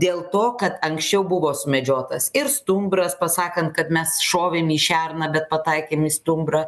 dėl to kad anksčiau buvo sumedžiotas ir stumbras pasakant kad mes šovėm į šerną bet pataikėm į stumbrą